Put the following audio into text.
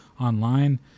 online